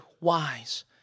wise